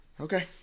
okay